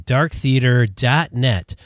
DarkTheater.net